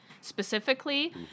specifically